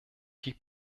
die